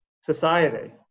society